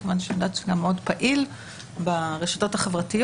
מכיוון שאני יודעת שאתה מאוד פעיל ברשתות החברתיות,